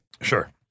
Sure